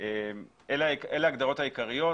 אלה ההגדרות העיקריות.